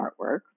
artwork